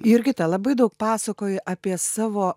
jurgita labai daug pasakoji apie savo